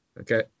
Okay